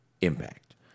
impact